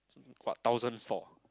what thousand four